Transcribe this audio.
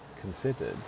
considered